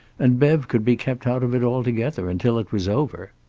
and bev could be kept out of it altogether, until it was over.